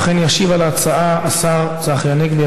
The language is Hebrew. לכן ישיב על ההצעה השר צחי הנגבי.